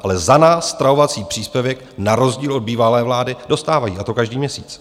Ale za nás stravovací příspěvek, na rozdíl od bývalé vlády, dostávají, a to každý měsíc.